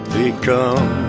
become